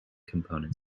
component